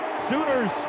Sooners